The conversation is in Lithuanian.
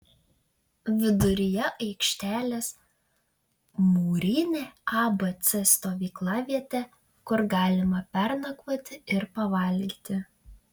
viduryje aikštelės mūrinė abc stovyklavietė kur galima pernakvoti ir pavalgyti